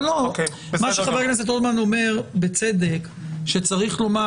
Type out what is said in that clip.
מה שחבר הכנסת רוטמן אומר בצדק שצריך לומר